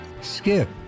skip